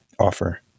offer